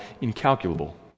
incalculable